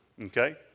Okay